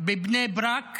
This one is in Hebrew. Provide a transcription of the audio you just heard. בבני ברק